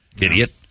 Idiot